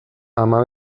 ama